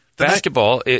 Basketball